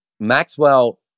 Maxwell